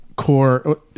core